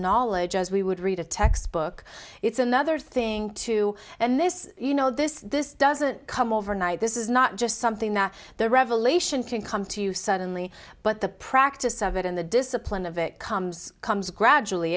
knowledge as we would read a textbook it's another thing to and this you know this this doesn't come overnight this is not just something that the revelation can come to you suddenly but the practice of it in the discipline of it comes comes gradually